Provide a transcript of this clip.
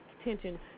attention